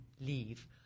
leave